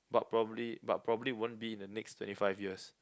but probably but probably won't be in the next twenty five years